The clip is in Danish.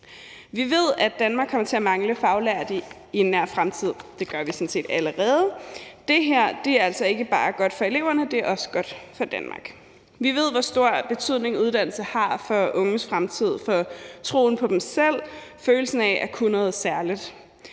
Vi ved, at Danmark kommer til at mangle faglærte i en nær fremtid – det gør vi sådan set allerede – og det her er altså ikke bare godt for eleverne, men det er også godt for Danmark. Vi ved, hvor stor betydning uddannelse har for unges fremtid, for troen på dem selv, følelsen af at kunne noget særligt